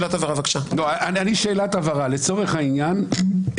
לצורך העניין,